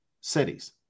cities